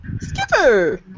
Skipper